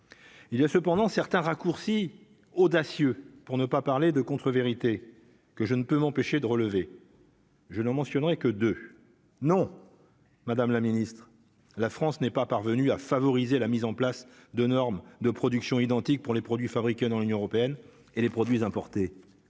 il y a cependant certains raccourcis audacieux pour ne pas parler de contre-vérités que je ne peux m'empêcher de relever. Je ne mentionnerait que de non madame la Ministre, la France n'est pas parvenu à favoriser la mise en place de normes de production identique pour les produits fabriqués dans l'Union européenne et les produits importés,